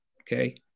Okay